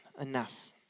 enough